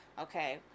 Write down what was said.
okay